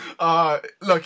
look